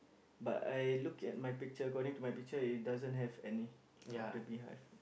but I look at my picture according to my picture it doesn't have any of the bee hive